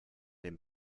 dem